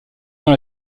dans